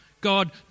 God